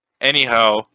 Anyhow